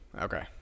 Okay